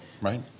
right